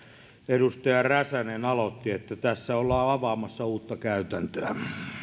edustaja räsänen aloitti että tässä ollaan avaamassa uutta käytäntöä